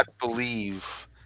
believe